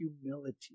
humility